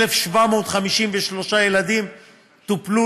1,753 ילדים טופלו,